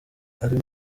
ari